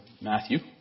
Matthew